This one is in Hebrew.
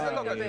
מה זה לא קשור?